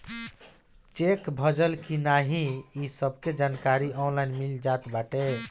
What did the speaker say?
check भजल की नाही इ सबके जानकारी ऑनलाइन मिल जात बाटे